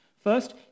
First